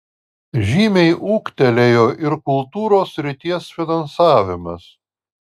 žymiai ūgtelėjo ir kultūros srities finansavimas